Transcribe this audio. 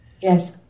Yes